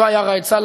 לא היה ראאד סלאח,